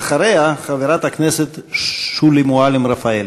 ואחריה, חברת הכנסת שולי מועלם-רפאלי.